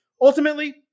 Ultimately